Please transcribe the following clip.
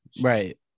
Right